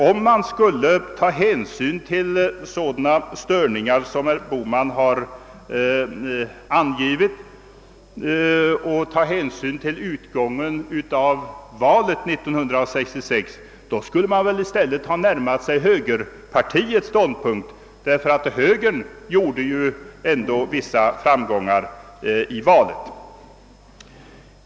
Om man skulle ta hänsyn till sådana faktorer som herr Bohman angivit, såsom till utgången av valet 1966, skulle man väl i stället ha närmat sig högerpartiets ståndpunkt, eftersom högern ändå hade vissa framgångar i valet.